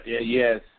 Yes